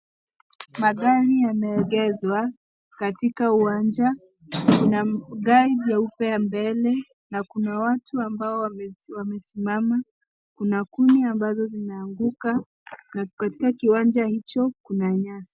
Magari yameegezwa katika uwanja. Kuna gari jeupe mbele na kuna watu ambao wamesimama na kuni ambazo zimeanguka. Na katika kiwanja hicho kuna nyasi.